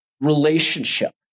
relationship